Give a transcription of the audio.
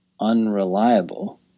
unreliable